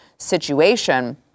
situation